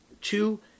Two